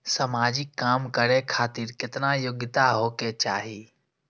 समाजिक काम करें खातिर केतना योग्यता होके चाही?